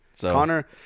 Connor